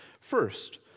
First